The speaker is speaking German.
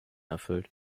erfüllt